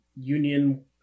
union